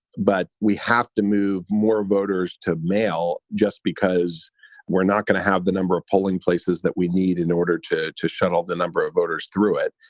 but we have to move more voters to mail just because we're not going to have the number of polling places that we need in order to to shut off the number of voters through it.